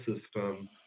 system